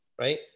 right